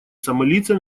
сомалийцам